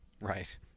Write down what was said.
Right